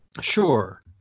Sure